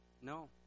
no